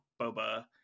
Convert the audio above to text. Boba